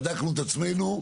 בדקנו את עצמנו,